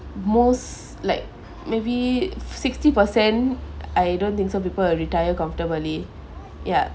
most like maybe sixty percent I don't think so people will retire comfortably ya